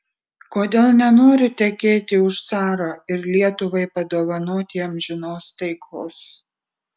kodėl nenori tekėti už caro ir lietuvai padovanoti amžinos taikos